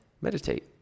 meditate